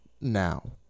now